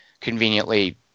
conveniently